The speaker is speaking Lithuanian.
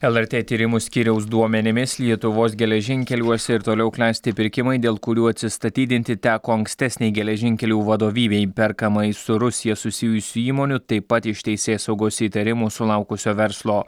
lrt tyrimų skyriaus duomenimis lietuvos geležinkeliuose ir toliau klesti pirkimai dėl kurių atsistatydinti teko ankstesnei geležinkelių vadovybei perkamai su rusija susijusių įmonių taip pat iš teisėsaugos įtarimų sulaukusio verslo